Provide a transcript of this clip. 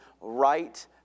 right